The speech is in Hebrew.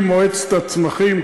מועצת הצמחים,